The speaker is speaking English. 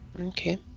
okay